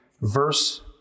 verse